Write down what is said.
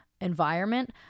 environment